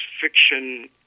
fiction